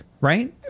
right